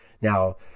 Now